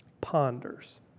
ponders